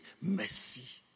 Mercy